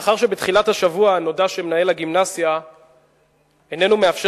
לאחר שבתחילת השבוע נודע שמנהל הגימנסיה איננו מאפשר